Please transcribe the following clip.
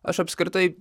aš apskritai